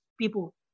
people